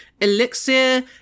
elixir